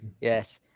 Yes